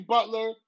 Butler